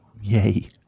Yay